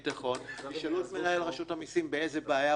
אם יש למישהו חוב בהוצאה לפעול,